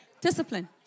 Discipline